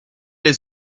les